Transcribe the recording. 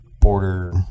border